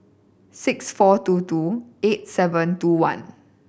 six four two two eight seven two one